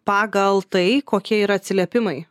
pagal tai kokie yra atsiliepimai